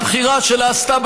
הבחירה שנעשתה,